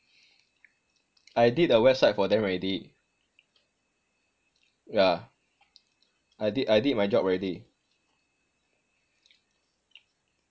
I did a website for them already yah I did I did my job already